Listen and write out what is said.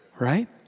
right